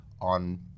on